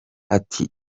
ati